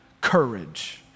courage